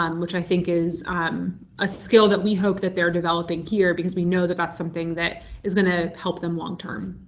um which i think is a skill that we hope that they're developing here because we know that that's something that is going to help them long-term.